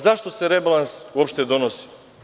Zašto se rebalans uopšte donosi?